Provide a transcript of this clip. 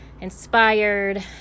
inspired